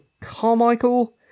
Carmichael